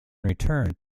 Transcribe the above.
returned